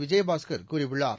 விஜயபாஸ்கர் கூறியுள்ளார்